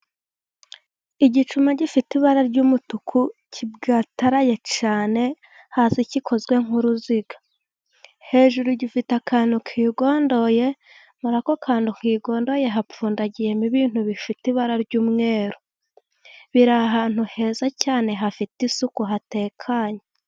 Igicuma gifite ibara ry'umutuku kibwataraye cyane, hasi kikozwe nk'uruziga. Hejuru gifite akantu kigondoye, muri ako kantu kigondoye hapfundagiyemo ibintu bifite ibara ry'umweru. Biri ahantu heza cyane, hafite isuku, hatekanye.